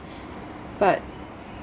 but